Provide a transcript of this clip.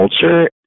culture